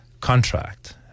contract